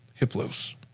Hiplos